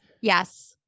Yes